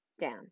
down